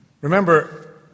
Remember